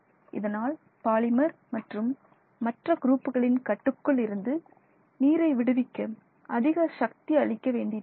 அதனால் பாலிமர் மற்றும் மற்ற குரூப்புகளின் கட்டுக்குள் இருந்து நீரை விடுவிக்க அதிகமான சக்தி அளிக்க வேண்டி இருக்கிறது